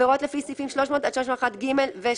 "1.עבירות לפי סעיפים 300 עד 301ג ו-305."